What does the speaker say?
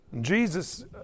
Jesus